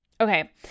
Okay